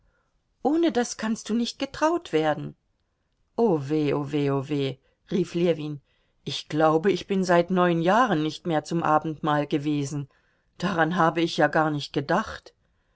ohne das kannst du nicht getraut werden o weh o weh o weh rief ljewin ich glaube ich bin seit neun jahren nicht mehr zum abendmahl gewesen daran habe ich ja gar nicht gedacht